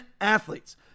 athletes